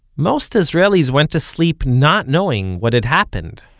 most israelis went to sleep not knowing what had happened.